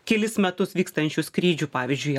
kelis metus vykstančių skrydžių pavyzdžiui